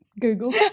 Google